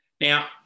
Now